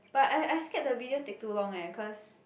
but I I I scared the video take too long leh cause